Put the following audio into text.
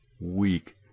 weak